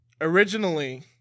originally